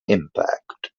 impact